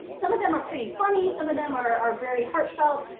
some of them are pretty funny. some of them are are very heart felt.